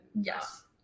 Yes